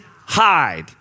hide